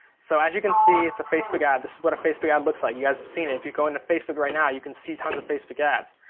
so as you can see it's a facebook ad. this is what a facebook ad looks like. you guys have seen it. if you go into facebook right now you can see tons of facebook ads.